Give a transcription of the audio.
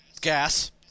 gas